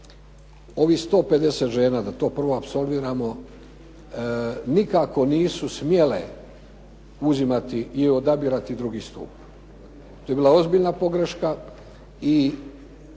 ovih 150 žena da to prvo apsorbiramo, nikako nisu smjele uzimati i odabirati II. stup. To je bila ozbiljna pogreška, i